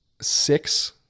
six